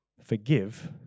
Forgive